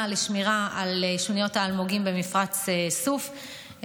לשמירה על שוניות האלמוגים במפרץ סוף,